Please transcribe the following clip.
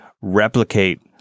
replicate